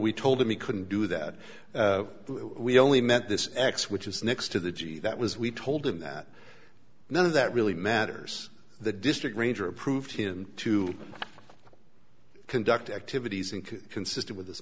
we told him we couldn't do that we only met this x which is next to the g that was we told him that none of that really matters the district ranger approved him to conduct activities and consisted with this